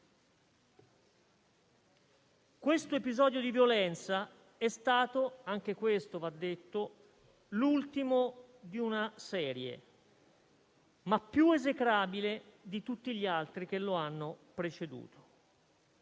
Questo episodio di violenza è stato - anche questo va detto - l'ultimo di una serie, ma più esecrabile di tutti gli altri che lo hanno preceduto.